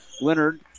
Leonard